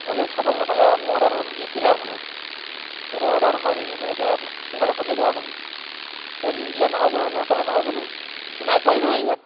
আলহী খাবলৈ নাপালে আৰু মোৰ অৰ্ডাৰটো দি কি লাভ হ'ব গতিকে অৰ্ডাৰটো মই দিছিলো যেতিয়া সোনকালে পঠিয়াই দিয়ক আপুনি এই নিদিলে নহ'ব নাপালে নহ'ব নহয় নাই পোৱাহি নহয় আহি ইয়াত